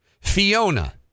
Fiona